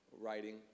writing